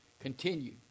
Continue